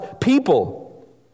people